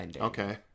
okay